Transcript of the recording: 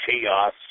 chaos